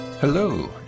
Hello